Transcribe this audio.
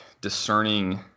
discerning